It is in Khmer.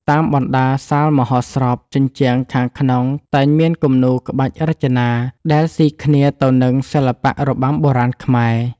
តាមបណ្ដាសាលមហោស្រព ជញ្ជាំងខាងក្នុងតែងមានគំនូរក្បាច់រចនាដែលស៊ីគ្នាទៅនឹងសិល្បៈរបាំបុរាណខ្មែរ។